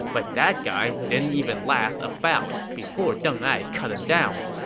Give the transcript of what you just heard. but that guy didn't even last a bout before deng ai cut him down.